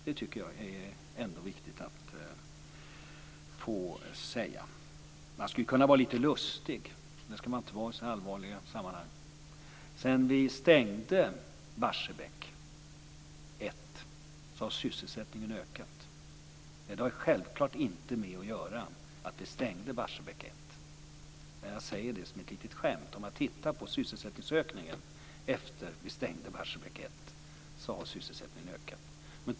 Det tycker jag ändå är viktigt att få säga. Man skulle kunna vara lite lustig, även om man inte ska vara det i så här allvarliga sammanhang: Sedan vi stängde Barsebäck 1 har sysselsättningen ökat. Det har självklart inte att göra med att vi stängde Barsebäck 1, men jag säger det som ett litet skämt. Om man tittar på sysselsättningsutvecklingen efter det att vi stängde Barsebäck 1 ser man att sysselsättningen har ökat.